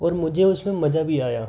और मुझे उसमें मज़ा भी आया